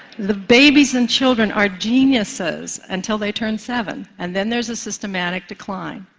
the babies and children are geniuses until they turn seven and then there's a systematic decline.